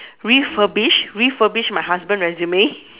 refurbished refurbished my husband resume